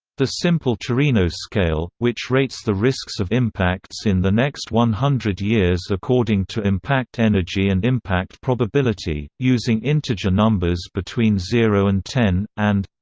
the simple torino scale, which rates the risks of impacts in the next one hundred years according to impact energy and impact probability, using integer numbers between zero and ten and